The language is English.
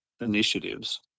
initiatives